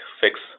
fix